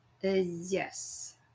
Yes